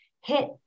hit